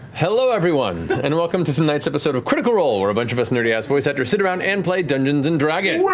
hello everyone, and welcome to tonight's episode of critical role, where a bunch of us nerdy-ass voice actors sit around and play dungeons and dragons. yeah